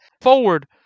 Forward